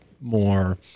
more